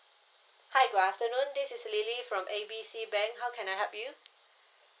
hi good afternoon this is lily from A B C bank how can I help you